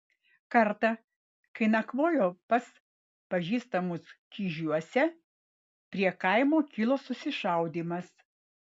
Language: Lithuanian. kartą kai nakvojo pas pažįstamus kižiuose prie kaimo kilo susišaudymas